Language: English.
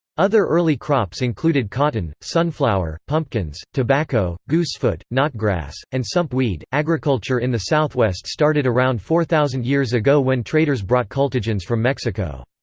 other early crops included cotton, sunflower, pumpkins, tobacco, goosefoot, knotgrass, and sump weed agriculture in the southwest started around four thousand years ago when traders brought cultigens from mexico.